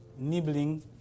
nibbling